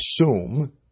assume